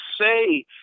say